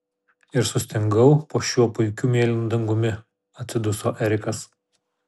ir sustingau po šiuo puikiu mėlynu dangumi atsiduso erikas